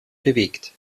bewegt